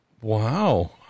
wow